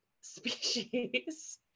species